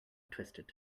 twisted